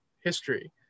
history